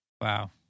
wow